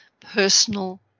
personal